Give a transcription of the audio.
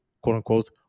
quote-unquote